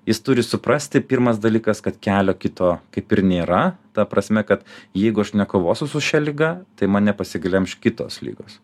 jis turi suprasti pirmas dalykas kad kelio kito kaip ir nėra ta prasme kad jeigu aš nekovosiu su šia liga tai mane pasiglemš kitos ligos